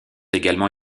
également